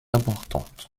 importante